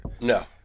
No